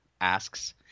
asks